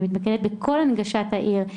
העוסקת בכל הנגשת העיר,